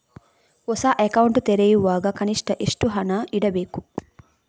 ಹೊಸ ಅಕೌಂಟ್ ತೆರೆಯುವಾಗ ಕನಿಷ್ಠ ಎಷ್ಟು ಹಣ ಇಡಬೇಕು?